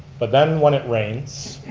but then when it rains,